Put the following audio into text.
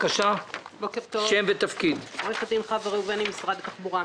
עורכת הדין חוה ראובני ממשרד התחבורה.